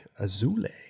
Azule